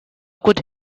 could